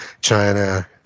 China